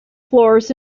floors